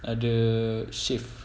ada shift